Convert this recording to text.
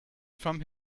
from